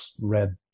Red